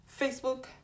Facebook